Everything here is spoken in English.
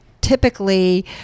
typically